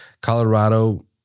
Colorado